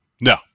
No